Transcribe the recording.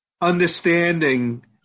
understanding